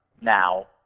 now